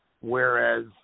Whereas